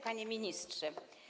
Panie Ministrze!